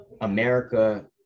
America